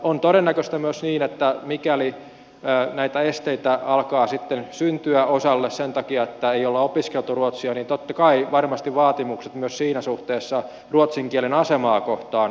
on todennäköistä myös että mikäli näitä esteitä alkaa sitten syntyä osalle sen takia että ei ole opiskeltu ruotsia niin totta kai varmasti vaatimukset myös siinä suhteessa ruotsin kielen asemaa kohtaan muuttuvat